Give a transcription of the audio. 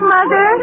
Mother